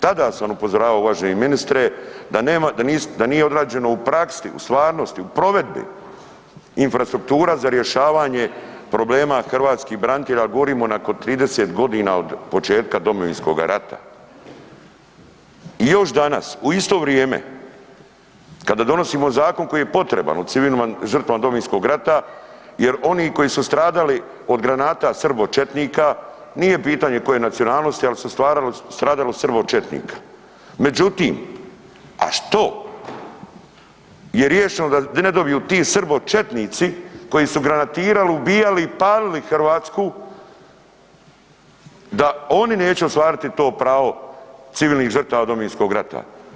Tada sam upozoravao, uvaženi ministre, da nije odrađeno u praksi u stvarnosti, u provedbi infrastruktura za rješavanje problema hrvatskih branitelja, ali govorimo nakon 30 godina od početka Domovinskoga rada i još danas u isto vrijeme kada donosimo zakon koji je potreban, o civilnim žrtvama Domovinskog rata jer oni koji su stradali od granata srbočetnika, nije pitanje koje je nacionalnosti, ali su stradali od srbočetnika, međutim, a što je riješeno da ne dobiju ti srbočetnici koji su granatirali, ubijali i palili Hrvatsku da oni neće ostvariti to pravo civilnih žrtava Domovinskog rata.